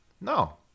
No